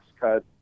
cut